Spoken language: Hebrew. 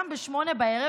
גם ב-20:00,